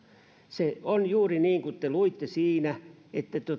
se on juuri niin kuin te luitte siinä että